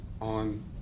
on